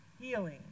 healing